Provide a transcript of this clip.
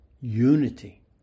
unity